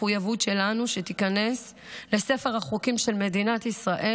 מחויבות שלנו שתיכנס לספר החוקים של מדינת ישראל,